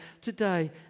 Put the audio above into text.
today